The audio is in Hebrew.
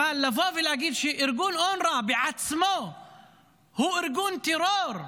אבל לבוא ולהגיד שארגון אונר"א בעצמו הוא ארגון טרור,